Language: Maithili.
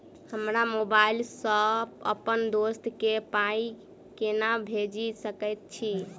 हम मोबाइल सअ अप्पन दोस्त केँ पाई केना भेजि सकैत छी?